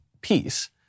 peace